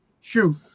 shoot